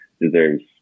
deserves